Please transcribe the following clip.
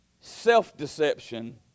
Self-deception